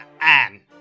Anne